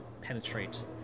penetrate